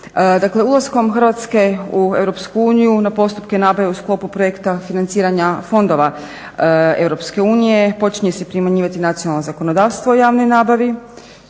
ulaskom Hrvatske u EU na postupke nabave u sklopu projekta financiranja fondova EU počinje se primjenjivati nacionalno zakonodavstvo u javnoj nabavi.